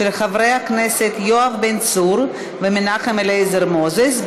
של חברי הכנסת יואב בן צור ומנחם אליעזר מוזס,